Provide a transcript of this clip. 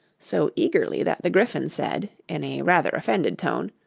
so eagerly that the gryphon said, in a rather offended tone,